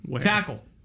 Tackle